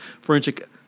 forensic